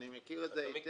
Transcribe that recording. אני מכיר את זה היטב,